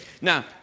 Now